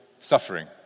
Suffering